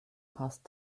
past